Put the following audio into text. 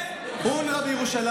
כן, כן.